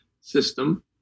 system